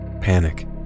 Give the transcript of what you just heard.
panic